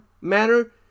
manner